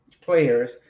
players